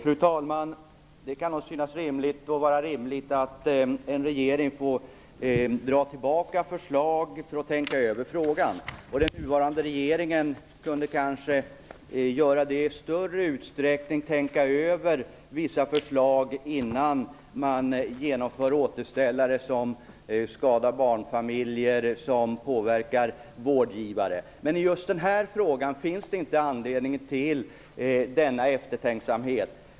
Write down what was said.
Fru talman! Det kan nog synas rimligt att en regering får dra tillbaka förslag för att tänka över frågan. Den nuvarande regeringen kunde kanske i större utsträckning tänka över vissa förslag innan man genomför återställare som skadar barnfamiljer och påverkar vårdgivare. I just denna fråga finns det inte anledning till denna eftertänksamhet.